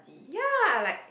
ya like